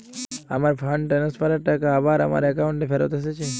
আমার fund transfer এর টাকা আবার আমার একাউন্টে ফেরত এসেছে